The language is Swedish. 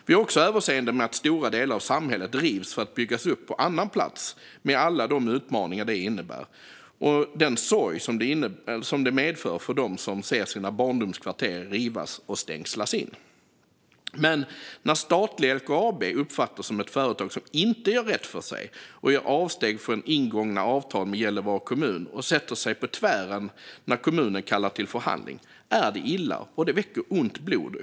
Vi har också överseende med att stora delar av samhället rivs för att byggas upp på annan plats med alla de utmaningar det innebär och den sorg det medför för dem som ser sina barndomskvarter rivas och stängslas in. Men när statliga LKAB uppfattas som ett företag som inte gör rätt för sig utan gör avsteg från ingångna avtal med Gällivare kommun och sätter sig på tvären när kommunen kallar till förhandling är det illa, och det väcker ont blod.